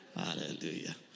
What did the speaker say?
Hallelujah